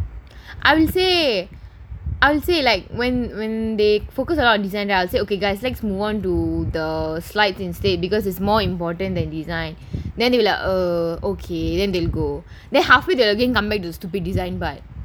I would say I would say like when when they focus a lot of design then I' will say okay guys let's move on to the slides instead because is more important than design then they like err okay then they go then halfway again they come back to the stupid design part